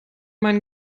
einen